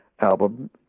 album